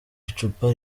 icupa